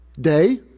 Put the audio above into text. Day